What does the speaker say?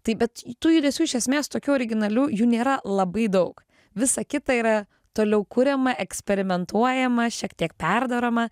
tai bet tų judesių iš esmės tokių originalių jų nėra labai daug visa kita yra toliau kuriama eksperimentuojama šiek tiek perdaroma